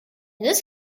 this